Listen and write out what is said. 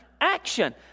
action